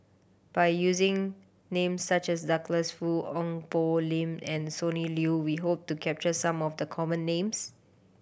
by using names such as Douglas Foo Ong Poh Lim and Sonny Liew we hope to capture some of the common names